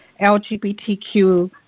LGBTQ